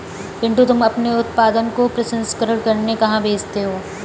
पिंटू तुम अपने उत्पादन को प्रसंस्करण करने कहां भेजते हो?